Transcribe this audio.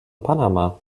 panama